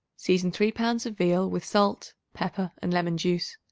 season three pounds of veal with salt, pepper and lemon-juice.